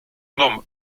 nomme